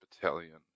battalion